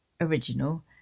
original